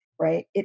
right